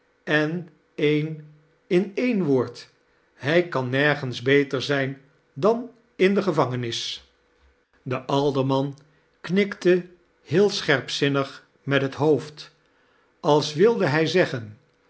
en een in een woord hij kan neirgens beter zijn dan in de gevangenis kerstvertellingen de aldermaa knikte heel scherpzinnig met het lioofd als wilde hij zeggen